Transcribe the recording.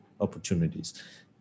opportunities